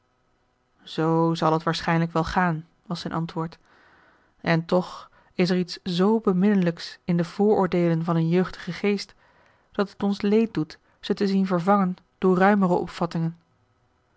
zoo zal het waarschijnlijk wel gaan was zijn antwoord en toch is er iets zoo beminnelijks in de vooroordeelen van een jeugdigen geest dat het ons leed doet ze te zien vervangen door ruimere opvattingen